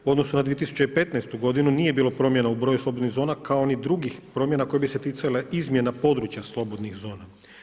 U odnosu na 2015. godinu nije bilo promjena u broju slobodnih zona kao ni drugih promjena koje bi se ticale izmjena područja slobodnih zona.